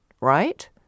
right